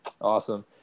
awesome